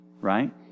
right